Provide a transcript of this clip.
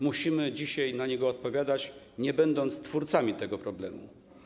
Musimy dzisiaj na ten problem odpowiadać, nie będąc twórcami tego problemu.